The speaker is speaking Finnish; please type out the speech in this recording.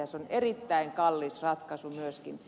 se on erittäin kallis ratkaisu myöskin